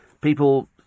People